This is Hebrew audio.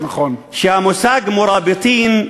שהמושג "מֻראבטין",